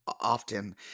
often